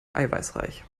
eiweißreich